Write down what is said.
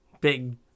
Big